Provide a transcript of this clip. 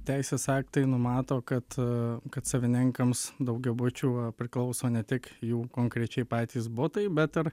teisės aktai numato kad a kad savininkams daugiabučių priklauso ne tik jų konkrečiai patys butai bet ir